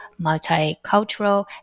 multicultural